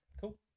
Cool